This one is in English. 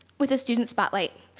with a student spotlight.